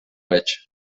veig